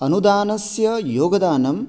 अनुदानस्य योगदानं